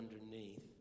underneath